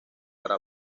para